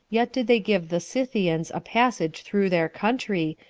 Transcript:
yet did they give the scythians a passage through their country,